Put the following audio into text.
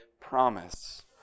promise